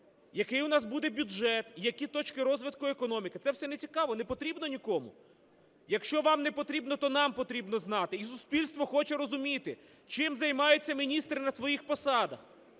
який у нас буде бюджет, які точки розвитку економіки? Це все нецікаво, не потрібно нікому? Якщо вам непотрібно, то нам потрібно знати. І суспільство хоче розуміти, чим займаються міністри на своїх посадах.